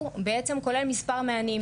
שכולל מספר מענים,